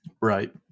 Right